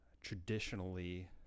traditionally